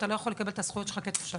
אתה לא יכול לקבל את הזכויות שלך כתושב.